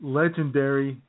legendary